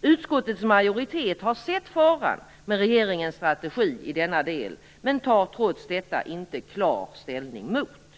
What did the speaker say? Utskottets majoritet har sett faran med regeringens strategi i denna del men tar trots det inte klar ställning mot den.